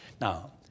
Now